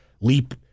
leap